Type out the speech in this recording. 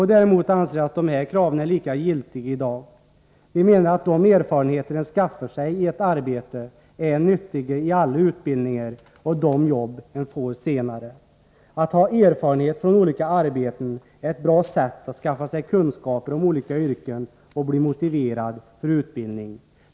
Vpk däremot anser att dessa krav är lika giltiga i dag. Vi menar att de erfarenheter man skaffar sig i ett arbete är nyttiga i alla utbildningar och i de jobb man senare får. Att skaffa sig erfarenhet från olika arbeten är ett bra sätt att få kunskaper om olika yrken och bli motiverad för utbildning.